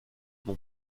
mon